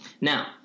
Now